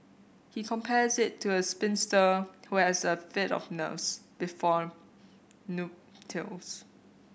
he compares it to a spinster who has a fit of nerves before nuptials